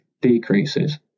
decreases